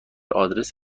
آدرس